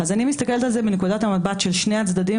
אז אני מסתכלת על זה מנקודת המבט של שני הצדדים